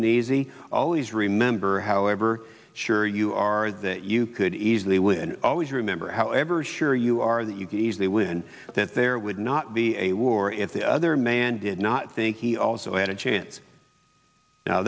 and easy always remember however sure you are that you could easily win and always remember however sure you are that you can easily win that there would not be a war if the other man did not think he also had a chance now